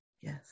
Yes